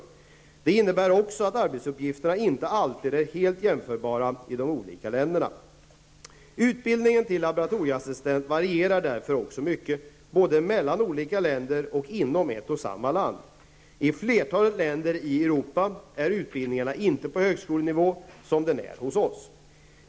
Detta innebär också att arbetsuppgifterna inte alltid är helt jämförbara i de olika länderna. Utbildningen till laboratorieassistent varierar därför också mycket, både mellan olika länder och inom ett och samma land. I flertalet länder i Europa är utbildningen inte på högskolenivå, som den är hos oss.